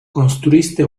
construiste